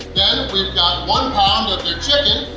then we've got one pound of their chicken,